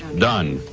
done.